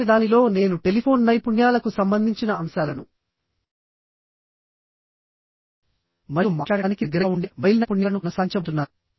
తదుపరి దానిలో నేను టెలిఫోన్ నైపుణ్యాలకు సంబంధించిన అంశాలను మరియు మాట్లాడటానికి దగ్గరగా ఉండే మొబైల్ నైపుణ్యాలను కొనసాగించబోతున్నాను